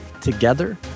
together